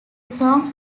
song